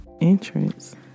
entrance